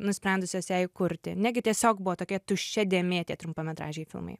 nusprendusios ją įkurti negi tiesiog buvo tokia tuščia dėmė tie trumpametražiai filmai